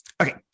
Okay